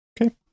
okay